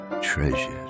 treasures